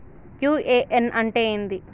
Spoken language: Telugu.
యు.ఎ.ఎన్ అంటే ఏంది?